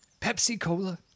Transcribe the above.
Pepsi-Cola